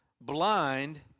blind